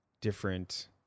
different